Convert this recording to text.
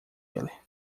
ele